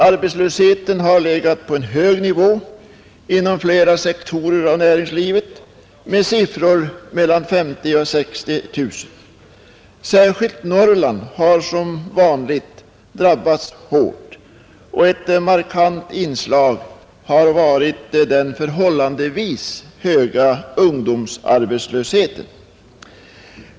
Arbetslösheten har legat på en hög nivå inom flera sektorer inom näringslivet med siffror mellan 50 000 och 60 000. Särskilt Norrland har som vanligt drabbats hårt, och ett markant inslag har varit den förhållandevis höga ungdomsarbetslösheten.